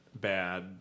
bad